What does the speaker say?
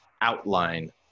outline